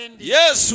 Yes